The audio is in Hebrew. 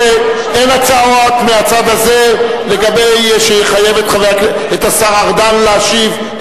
אין הצעות מהצד הזה שיחייבו את השר ארדן להשיב.